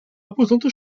imposante